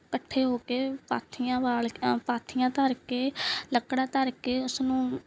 ਇਕੱਠੇ ਹੋ ਕੇ ਪਾਥੀਆਂ ਬਾਲ ਕ ਪਾਥੀਆਂ ਧਰ ਕੇ ਲੱਕੜਾਂ ਧਰ ਕੇ ਉਸਨੂੰ